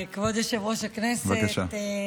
בבקשה.